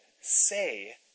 say